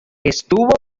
estuvo